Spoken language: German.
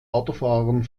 autofahrern